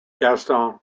gaston